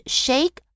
shake